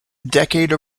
decade